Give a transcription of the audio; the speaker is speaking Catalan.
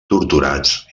torturats